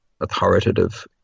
authoritative